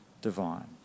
divine